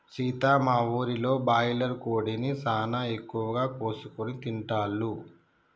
సీత మా ఊరిలో బాయిలర్ కోడిని సానా ఎక్కువగా కోసుకొని తింటాల్లు